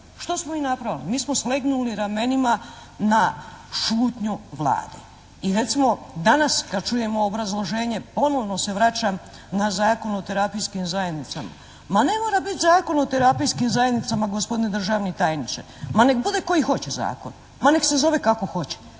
Što smo mi napravili? Mi smo slegnuli ramenima na šutnju Vlade i recimo danas kad čujemo obrazloženje, ponovno se vraćam na Zakon o terapijskim zajednicama. Ma ne mora biti Zakon o terapijskim zajednicama gospodine državni tajniče. Ma nek bude koji hoće zakon. Ma nek se zove kako hoće.